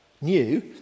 new